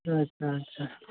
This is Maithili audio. अच्छा अच्छा अच्छा